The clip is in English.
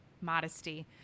modesty